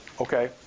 okay